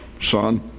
son